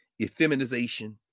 Effeminization